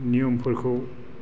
नियमफोरखौ